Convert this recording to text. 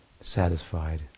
satisfied